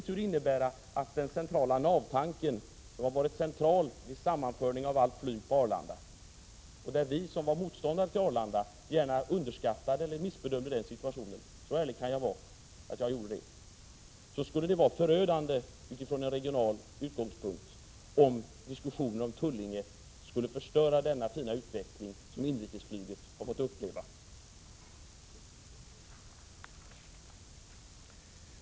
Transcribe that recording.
Tanken på det centrala navet var bärande vid sammanförandet av allt flyg till Arlanda — vi som var motståndare underskattade den, så ärlig kan jag vara att jag erkänner det. Det skulle vara förödande från regional utgångspunkt, om diskussionen om Tullinge skulle förstöra den fina utveckling som inrikesflyget har fått uppleva.